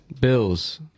Bills